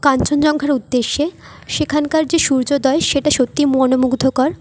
কাঞ্চনজঙ্ঘার উদ্দেশ্যে সেখানকার যে সূর্যোদয় সেটা সত্যি মনমুগ্ধকর